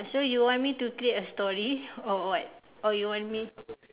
so you want me to create a story or what or you want me